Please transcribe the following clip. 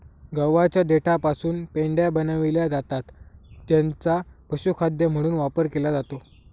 गव्हाच्या देठापासून पेंढ्या बनविल्या जातात ज्यांचा पशुखाद्य म्हणून वापर केला जातो